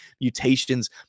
mutations